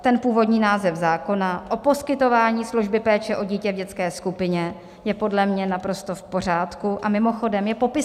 Ten původní název zákona o poskytování služby péče o dítě v dětské skupině je podle mě naprosto v pořádku a mimochodem je popisný.